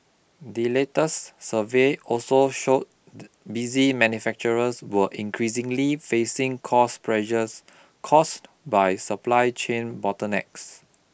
the latest survey also showed busy manufacturers were increasingly facing cost pressures caused by supply chain bottlenecks